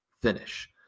finish